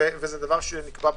זה דבר שנקבע בתקנות.